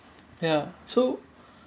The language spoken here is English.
ya so